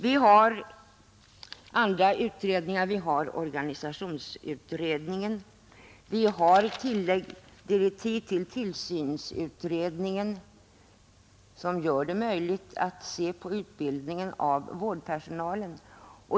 Vi har även andra utredningar, t.ex. organisationsutredningen, och tillsynsutredningen har fått direktiv som gör det möjligt att se över utbildningen av vårdpersonalen.